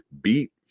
beat